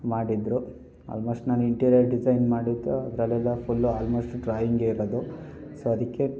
ಮಾಡಿದರು ಆಲ್ಮೋಸ್ಟ್ ನಾನು interior design ಮಾಡಿದ್ದು ಅದರಲ್ಲೆಲ್ಲ ಫುಲ್ಲು ಆಲ್ಮೋಸ್ಟು ಡ್ರಾಯಿಂಗೇ ಇರೋದು ಸೊ ಅದಕ್ಕೆ